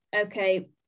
okay